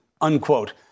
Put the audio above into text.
unquote